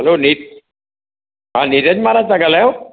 hello नी हा नीरज महाराज तां ॻाल्हायो